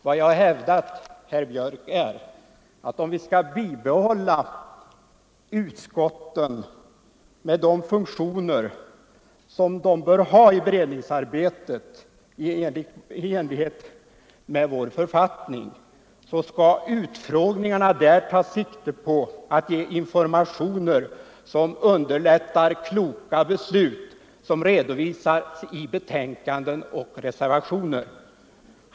Vad jag har hävdat, herr Björck, är att om vi skall bibehålla utskotten med de funktioner som dessa enligt vår författning skall ha i beredningsarbetet, skall utfrågningarna ta sikte på att ge informationer som underlättar att fatta kloka beslut, som sedan redovisas i betänkanden och reservationer.